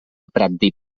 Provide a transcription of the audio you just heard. pratdip